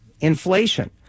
inflation